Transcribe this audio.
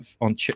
on